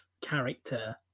character